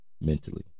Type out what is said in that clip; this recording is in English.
mentally